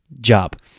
job